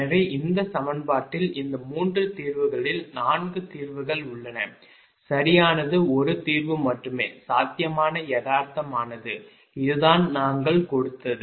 எனவே இந்த சமன்பாட்டில் இந்த 3 தீர்வுகளில் 4 தீர்வுகள் உள்ளன சரியானது ஒரு தீர்வு மட்டுமே சாத்தியமான யதார்த்தமானது இதுதான் நாங்கள் கொடுத்தது